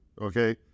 Okay